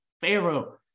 Pharaoh